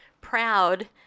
proud